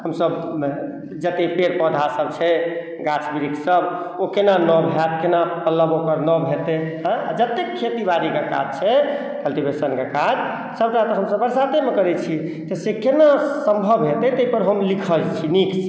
हमसब जते पेड़ पौधा सब छै गाछ वृक्ष सब ओ केना नब हेतै केना पल्लव ओकर नब हेतै जतेक खेती बाड़ी छै कल्टिवेशनके काज सबटा तऽ हमसब बरसातेमे करै छियै तऽ से केना सम्भव हेतै तै पर हम लिखै छी नीक